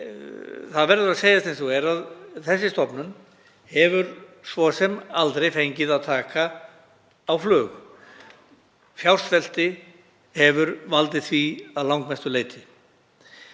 Það verður að segjast eins og er að þessi stofnun hefur svo sem aldrei fengið að taka á flug. Fjársvelti hefur valdið því að langmestu leyti.